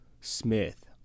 Smith